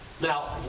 Now